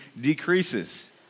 decreases